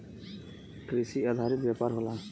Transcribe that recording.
कृषि आधारित व्यापार होला